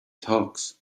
talks